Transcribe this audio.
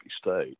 State